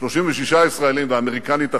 ואמריקנית אחת,